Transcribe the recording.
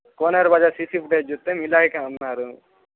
కోనేరు బజార్ CC CC footage చూస్తే మిలాగే ఉన్నారు